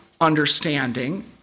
understanding